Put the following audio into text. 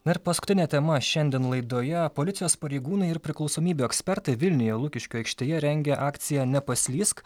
na ir paskutinė tema šiandien laidoje policijos pareigūnai ir priklausomybių ekspertai vilniuje lukiškių aikštėje rengia akciją nepaslysk